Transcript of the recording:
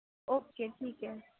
okay ٹھیک ہے